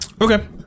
Okay